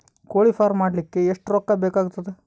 ಕೋಳಿ ಫಾರ್ಮ್ ಮಾಡಲಿಕ್ಕ ಎಷ್ಟು ರೊಕ್ಕಾ ಬೇಕಾಗತದ?